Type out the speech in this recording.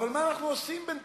אבל מה אנחנו עושים בינתיים?